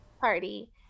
Party